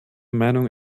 meinung